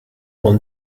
will